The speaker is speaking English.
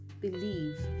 believe